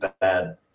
bad